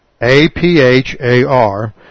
A-P-H-A-R